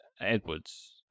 Edwards